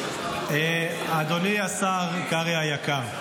--- אדוני השר קרעי היקר,